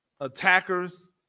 attackers